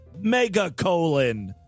megacolon